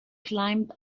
climbed